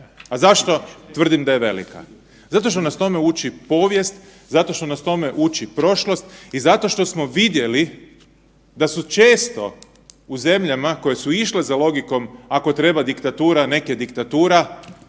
A zašto tvrdim da je velika? Zato što nas tome uči povijest, zato što nas tome uči prošlost i zato što smo vidjeli da su često u zemljama koje su išle za logikom ako treba diktatura